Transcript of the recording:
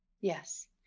Yes